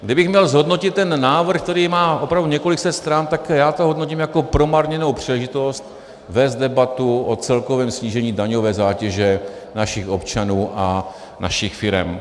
Kdybych měl zhodnotit návrh, který má opravdu několik set stran, tak to hodnotím jako promarněnou příležitost vést debatu o celkovém snížení daňové zátěže našich občanů a našich firem.